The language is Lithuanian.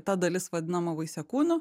ta dalis vadinama vaisiakūniu